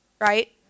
right